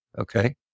Okay